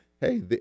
hey